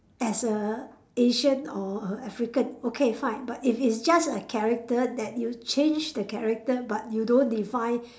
as a Asian or a African okay fine but if it's just a character that you change the character but you don't define